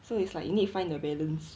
so it's like you need find the balance